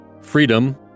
Freedom